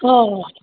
હં